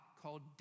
called